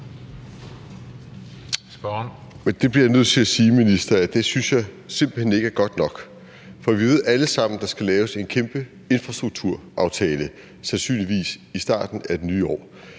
Det bliver jeg nødt til at sige, minister, at jeg simpelt hen ikke synes er godt nok. For vi ved alle sammen, at der skal laves en kæmpe infrastrukturaftale, sandsynligvis i starten af det nye år.